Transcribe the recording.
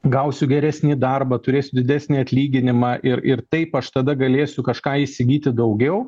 gausiu geresnį darbą turėsiu didesnį atlyginimą ir ir taip aš tada galėsiu kažką įsigyti daugiau